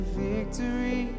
victory